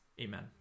Amen